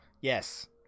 Yes